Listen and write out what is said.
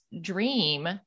dream